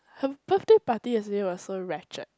her birthday party yesterday was so rachet